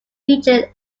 featured